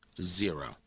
zero